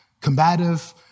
combative